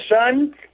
son